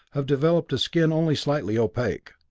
have developed a skin only slightly opaque.